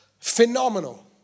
Phenomenal